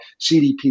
CDP